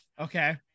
Okay